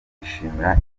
akishimira